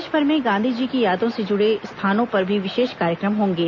देशभर में गांधी जी की यादों से जुड़े स्थानों पर भी विशेष कार्यक्रम होंगे